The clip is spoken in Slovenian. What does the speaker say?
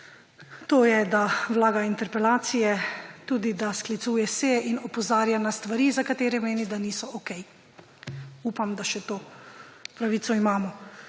To je, da vlaga interpelacije, tudi da sklicuje seje in opozarja na stvari, za katere meni, da niso okej. Upam, da to pravico še imamo.